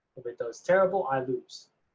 if it does terrible, i lose.